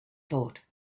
thought